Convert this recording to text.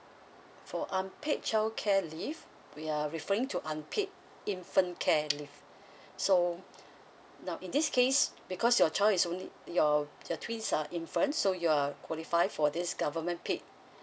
for unpaid childcare leave we are referring to unpaid infant care leave so now in this case because your child is only your your twins are infants so you're qualified for this government paid